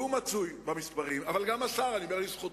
והוא מצוי במספרים, אבל גם השר, אני אומר לזכותו,